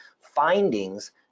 findings